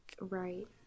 Right